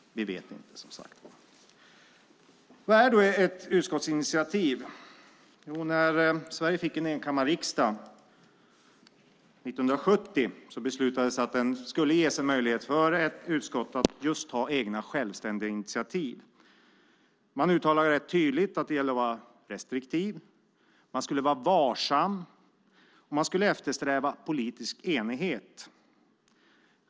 Vi vet som sagt inte. Vad är då ett utskottsinitiativ? Jo, när Sverige fick en enkammarriksdag 1970 beslutades det att det skulle ges en möjlighet för ett utskott att ta egna, självständiga initiativ. Man uttalade rätt tydligt att det gällde att vara restriktiv. Man skulle vara varsam. Och man skulle eftersträva politisk enighet.